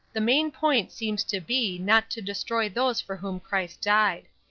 the main point seems to be not to destroy those for whom christ died.